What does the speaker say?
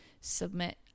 submit